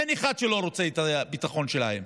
אין אחד שלא רוצה את הביטחון שלהם.